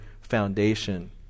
foundation